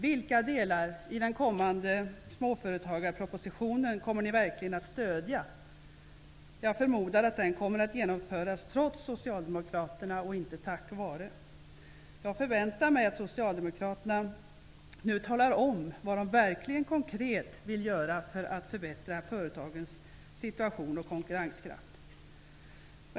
Vilka delar i den kommande småföretagarpropositionen kommer ni verkligen att stödja? Jag förmodar att den kommer att antas trots Socialdemokraterna, inte tack vare. Jag förväntar mig att Socialdemokraterna nu talar om vad de verkligen konkret vill göra för att förbättra företagens situation och konkurrenskraft.